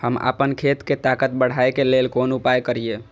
हम आपन खेत के ताकत बढ़ाय के लेल कोन उपाय करिए?